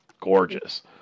gorgeous